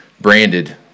branded